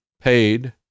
paid